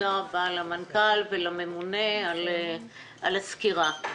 תודה רבה למנכ"ל ולממונה, על הסקירה.